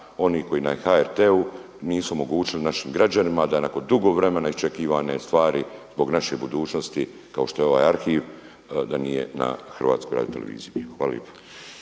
oni koji na HRT-u nisu omogućili našim građanima da nakon dugo vremena iščekivane stvari zbog naše budućnosti kao što je ovaj arhiv da nije na HRT-u. Hvala